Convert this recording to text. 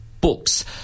Books